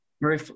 Marie